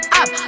up